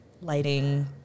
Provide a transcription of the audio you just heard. lighting